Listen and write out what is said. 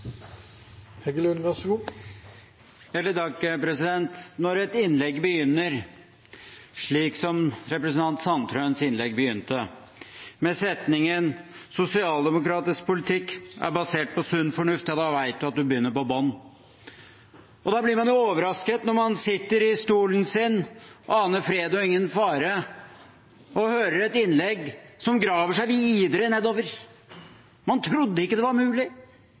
Når et innlegg begynner slik representanten Sandtrøens innlegg begynte, med setningen «Sosialdemokratisk politikk er bygd på sunn fornuft», ja da vet man at man begynner på bunnen. Da blir man jo overrasket når man sitter i stolen sin og aner fred og ingen fare og hører et innlegg som graver seg videre nedover. Man trodde ikke det var mulig,